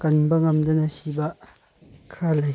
ꯀꯟꯕ ꯉꯝꯗꯅ ꯁꯤꯕ ꯈꯔ ꯂꯩ